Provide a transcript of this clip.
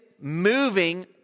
moving